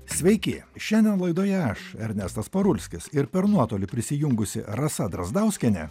sveiki šiandien laidoje aš ernestas parulskis ir per nuotolį prisijungusi rasa drazdauskienė